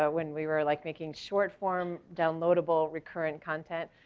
ah when we were like making short form downloadable recurrent content.